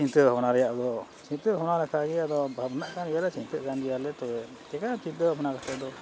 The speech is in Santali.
ᱪᱤᱱᱛᱟᱹ ᱵᱷᱟᱵᱽᱱᱟ ᱨᱮᱭᱟᱜ ᱫᱚ ᱪᱤᱱᱛᱟᱹ ᱵᱷᱟᱵᱽᱱᱟ ᱞᱮᱠᱟᱜᱮ ᱟᱫᱚ ᱵᱷᱟᱵᱽᱱᱟᱜ ᱢᱮᱱᱟᱜ ᱠᱟᱱ ᱜᱮᱭᱟᱞᱮ ᱪᱤᱱᱛᱟᱹᱜ ᱠᱟᱱ ᱜᱮᱭᱟᱞᱮ ᱛᱚᱵᱮ ᱪᱮᱠᱟ ᱪᱤᱱᱛᱟᱹ ᱵᱷᱟᱵᱽᱱᱟ ᱠᱟᱛᱮᱫ ᱫᱚ